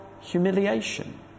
humiliation